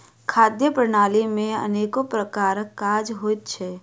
खाद्य प्रणाली मे अनेको प्रकारक काज होइत छै